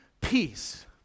peace